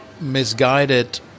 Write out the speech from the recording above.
misguided